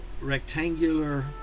rectangular